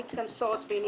להפריע.